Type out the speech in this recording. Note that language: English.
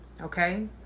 okay